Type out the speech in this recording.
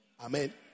Amen